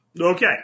Okay